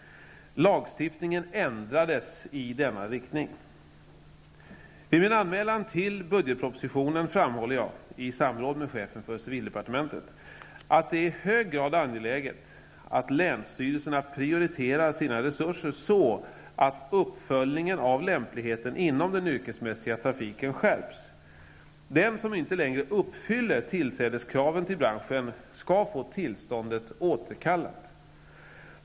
Lagstiftningen ändrades i denna riktning. Vid min anmälan till budgetpropositionen framhåller jag -- i samråd med chefen för civildepartementet -- att det är i hög grad angeläget att länsstyrelserna prioriterar sina resurser så att uppföljningen av lämpligheten inom den yrkesmässiga trafiken skärps. Den som inte längre uppfyller tillträdeskraven till branschen skall få tillståndet återkallat.